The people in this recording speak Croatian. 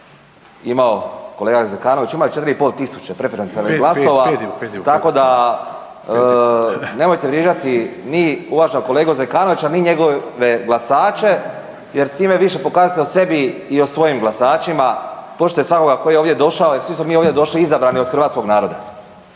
… /Upadica Zekanović: Pet, … /ne razumije se/…/… Tako da nemojte vrijeđati niti uvaženog kolegu Zekanovića, niti njegove glasače jer time više pokazujete o sebi i o svojim glasačima. Poštujte svakoga tko je ovdje došao jer svi smo vi ovdje došli izabrani od hrvatskog naroda.